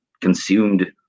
consumed